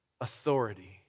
authority